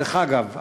אגב,